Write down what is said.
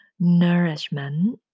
Nourishment